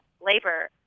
labor